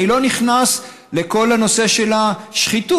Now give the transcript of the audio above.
אני לא נכנס לכל הנושא של השחיתות,